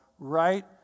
right